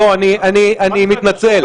אני מתנצל.